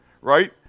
right